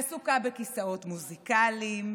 עסוקה בכיסאות מוזיקליים,